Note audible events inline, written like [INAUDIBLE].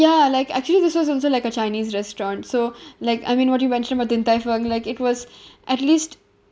ya like actually this was also like a chinese restaurant so [BREATH] like I mean what you mentioned about din tai fung like it was [BREATH] at least